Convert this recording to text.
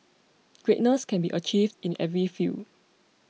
greatness can be achieved in every field